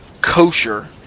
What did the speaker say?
kosher